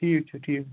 ٹھیٖک چھُ ٹھیٖک چھُ